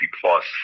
plus